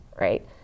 right